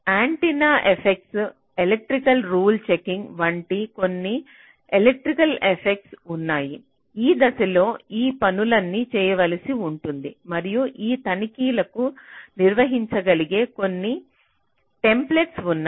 antenna effects electrical rule checking వంటి కొన్ని electrical effects ఉన్నాయి ఈ దశలో ఈ పనులన్నీ చేయవలసి ఉంటుంది మరియు ఈ తనిఖీలను నిర్వహించగలిగే కొన్ని టెంప్లేట్లు ఉన్నాయి